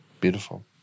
Beautiful